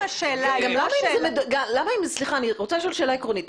השאלה היא לא שאלה --- אני רוצה לשאול שאלה עקרונית,